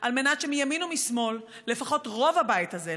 על מנת שמימין ומשמאל ולפחות רוב הבית הזה,